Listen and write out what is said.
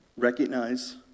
Recognize